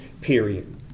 period